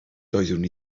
doeddwn